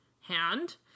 hand